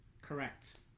Correct